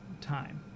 time